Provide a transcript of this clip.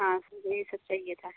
हाँ सर ये सब चाहिए था